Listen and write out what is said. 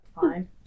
fine